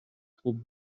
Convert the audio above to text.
خوب